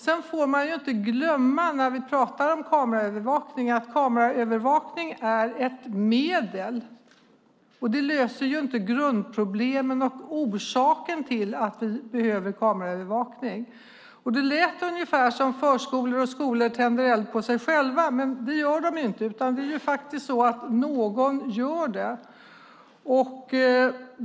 Sedan får man inte glömma att kameraövervakning är ett medel. Det löser inte grundproblemen och orsaken till att vi behöver kameraövervakning. Det lät ungefär som att förskolor och skolor tänder eld på sig själva, men det gör de inte. Det är någon som gör det.